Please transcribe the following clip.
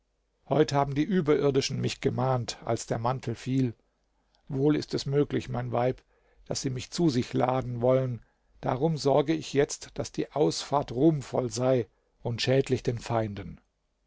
heut haben die überirdischen mich gemahnt als der mantel fiel wohl ist es möglich mein weib daß sie mich zu sich laden wollen darum sorge ich jetzt daß die ausfahrt ruhmvoll sei und schädlich den feinden